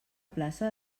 plaça